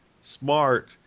smart